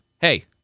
hey